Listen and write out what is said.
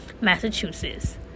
Massachusetts